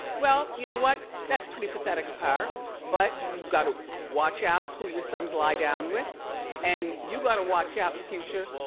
well, you know what, that's pretty pathetic of her but you gotta watch out who your sons lie down with and you gotta watch out, future,